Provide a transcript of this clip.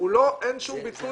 אין שום ביצוע